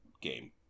game